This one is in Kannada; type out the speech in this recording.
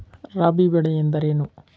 ರಾಬಿ ಬೆಳೆ ಎಂದರೇನು?